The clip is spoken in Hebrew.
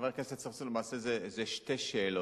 חבר הכנסת צרצור, למעשה זה שתי שאלות.